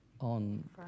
on